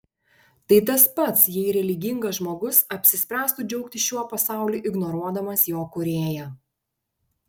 tai tas pats jei religingas žmogus apsispręstų džiaugtis šiuo pasauliu ignoruodamas jo kūrėją